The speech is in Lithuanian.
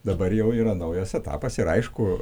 dabar jau yra naujas etapas ir aišku